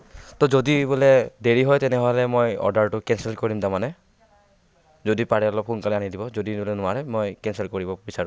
ত' যদি বোলে দেৰি হয় তেনেহ'লে মই অৰ্ডাৰটো কেঞ্চেল কৰিম তাৰমানে যদি পাৰে অলপ সোনকালে আনি দিব যদি বোলে নোৱাৰে মই কেঞ্চেল কৰিব বিচাৰোঁ